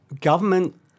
government